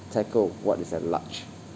tackle what is at large